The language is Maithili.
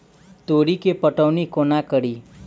तोरी केँ पटौनी कोना कड़ी?